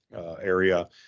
area